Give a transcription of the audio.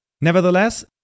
Nevertheless